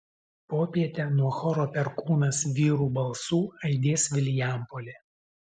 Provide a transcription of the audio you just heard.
popietę nuo choro perkūnas vyrų balsų aidės vilijampolė